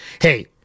Hey